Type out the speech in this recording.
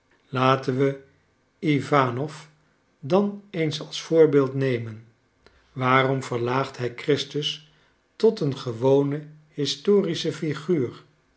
laten we iwanof dan eens als voorbeeld nemen waarom verlaagt hij christus tot een gewone historische figuur